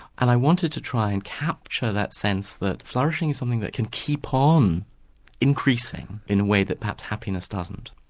and i wanted to try and capture that sense that flourishing is something that can keep on um increasing in a way that perhaps happiness doesn't.